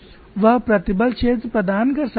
वह प्रतिबल क्षेत्र प्रदान कर सकता था